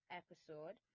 episode